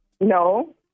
No